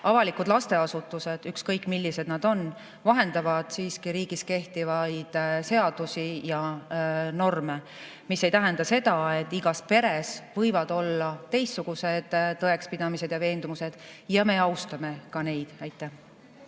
Avalikud lasteasutused, ükskõik millised nad on, vahendavad siiski riigis kehtivaid seadusi ja norme. See aga ei [välista] seda, et igas peres võivad olla teistsugused tõekspidamised ja veendumused. Me austame ka neid. Aitäh